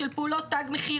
של פעולות תג מחיר.